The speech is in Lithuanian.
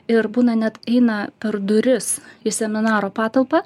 ir būna net eina per duris į seminaro patalpą